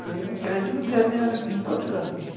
نہَ یِم ہے کَنٹینو گَرِ نیران یِم کوٚت چھِ گژھان